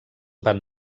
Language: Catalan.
van